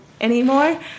Anymore